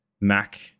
Mac